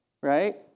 right